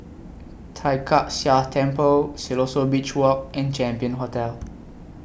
Tai Kak Seah Temple Siloso Beach Walk and Champion Hotel